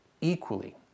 equally